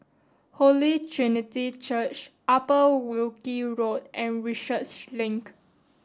Holy Trinity Church Upper Wilkie Road and Research Link